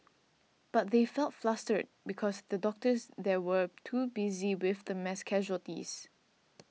but they felt flustered because the doctors there were too busy with the mass casualties